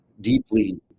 deeply